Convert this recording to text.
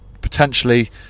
potentially